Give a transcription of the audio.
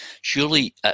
Surely